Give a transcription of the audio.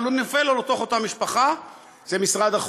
אבל הוא נופל אל תוך אותה משפחה: זה משרד החוץ.